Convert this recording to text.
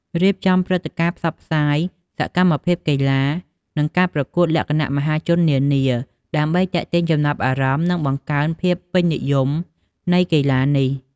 រៀបចំព្រឹត្តិការណ៍ផ្សព្វផ្សាយ សកម្មភាពកីឡា និងការប្រកួតលក្ខណៈមហាជននានា ដើម្បីទាក់ទាញចំណាប់អារម្មណ៍ និងបង្កើនភាពពេញនិយមនៃកីឡានេះ។